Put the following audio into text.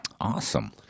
Awesome